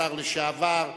השר לשעבר,